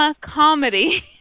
comedy